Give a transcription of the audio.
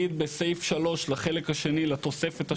בסעיף (3) לחלק השני, לתוספת השנייה,